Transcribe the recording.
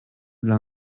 dla